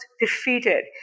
defeated